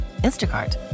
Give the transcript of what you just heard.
Instacart